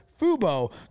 Fubo